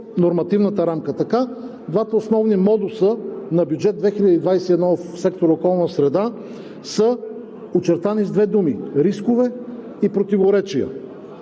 нормативната рамка. Така двата основни модуса на бюджет 2021 в сектор „Околна среда“ са очертани с две думи – рискове и противоречия.